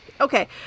okay